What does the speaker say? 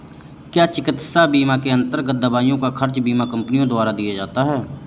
क्या चिकित्सा बीमा के अन्तर्गत दवाइयों का खर्च बीमा कंपनियों द्वारा दिया जाता है?